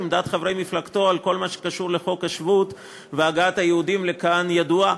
עמדת חברי מפלגתו על כל מה שקשור לחוק השבות והגעת היהודים לכאן ידועה,